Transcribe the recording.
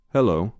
Hello